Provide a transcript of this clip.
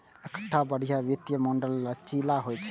एकटा बढ़िया वित्तीय मॉडल लचीला होइ छै